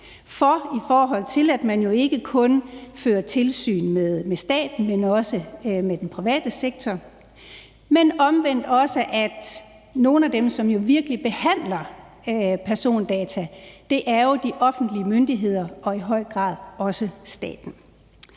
for, i forhold til at man jo ikke kun fører tilsyn med staten, men også med den private sektor, men omvendt også, at nogle af dem, som virkelig behandler persondata, jo er de offentlige myndigheder og i høj grad også staten.